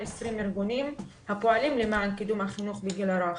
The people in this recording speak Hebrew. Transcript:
20 ארגונים הפועלים למען קידום החינוך בגיל הרך,